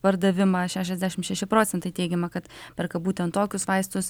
pardavimą šešiasdešimt šeši procentai teigiama kad perka būtent tokius vaistus